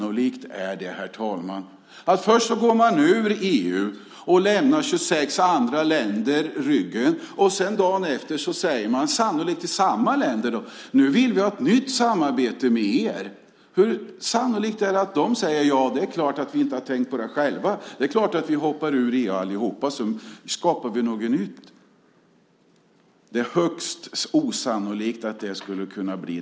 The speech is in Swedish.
Om man först går ur EU och vänder 26 andra länder ryggen, och dagen efter säger - förmodligen till samma länder - att vi vill ha ett nytt samarbete med dem, hur sannolikt är det att de säger: Det är klart att vi hoppar ur EU allihop och skapar något nytt. Att vi inte har tänkt på det själva!